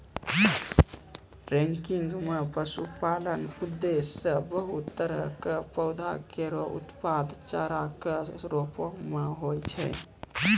ranking म पशुपालन उद्देश्य सें बहुत तरह क पौधा केरो उत्पादन चारा कॅ रूपो म होय छै